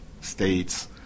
states